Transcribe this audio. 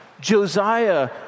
Josiah